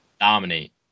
dominate